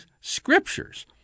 scriptures